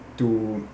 to